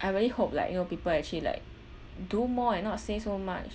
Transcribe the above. I really hope like you know people actually like do more and not say so much